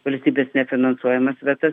valstybės nefinansuojamas vietas